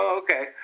okay